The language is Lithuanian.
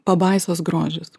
pabaisos grožis